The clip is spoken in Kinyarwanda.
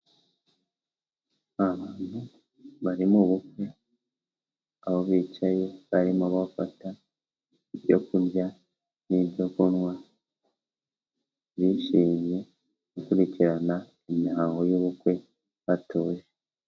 Abantu bari mu bukwe, aho bicaye barimo bafata ibyo kurya n'ibyo kunywa, bishimiye gukurikirana imihango y'ubukwe batuje.